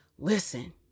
Listen